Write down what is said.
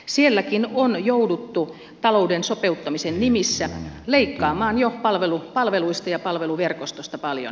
sielläkin on jouduttu talouden sopeuttamisen nimissä leikkaamaan jo palveluista ja palveluverkostosta paljon